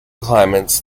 climates